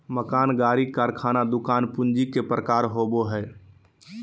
मकान, गाड़ी, कारखाना, दुकान पूंजी के प्रकार होबो हइ